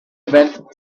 went